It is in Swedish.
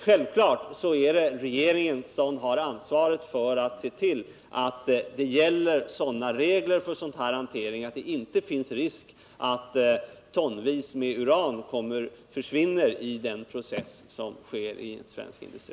Självfallet har regeringen ansvaret för att se till att sådana regler gäller för den här hanteringen att det inte finns risk att tonvis med uran försvinner i den process som sker i en svensk industri.